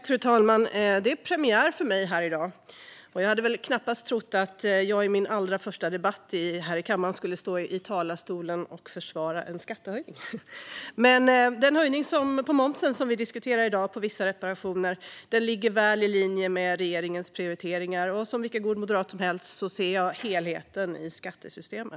Fru talman! Det är premiär för mig här i dag, och jag hade knappast trott att jag i min allra första debatt i kammaren skulle stå i talarstolen och försvara en skattehöjning. Men den höjning av momsen på vissa reparationer som vi i dag diskuterar ligger väl i linje med regeringens prioriteringar, och som vilken god moderat som helst ser jag helheten i skattesystemet.